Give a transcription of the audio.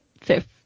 fifth